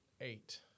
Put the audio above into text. eight